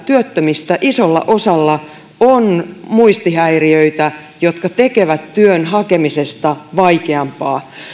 työttömistä isolla osalla on muistihäiriöitä jotka tekevät työn hakemisesta vaikeampaa